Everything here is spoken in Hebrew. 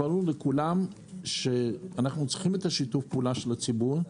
ברור לכולם שאנחנו צריכים את שיתוף הפעולה של הציבור,